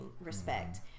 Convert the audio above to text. respect